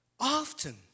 Often